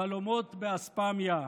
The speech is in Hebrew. חלומות באספמיה.